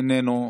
איננו נוכח.